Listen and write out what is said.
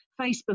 Facebook